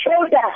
shoulder